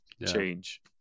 change